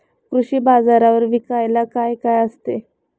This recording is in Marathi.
कृषी बाजारावर विकायला काय काय असते?